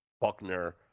Buckner